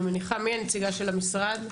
מי הנציגה של המשרד?